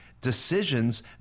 decisions